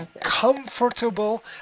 comfortable